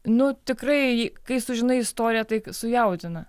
nu tikrai kai sužinai istoriją tai sujaudina